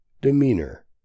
demeanor